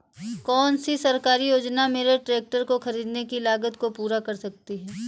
कौन सी सरकारी योजना मेरे ट्रैक्टर को ख़रीदने की लागत को पूरा कर सकती है?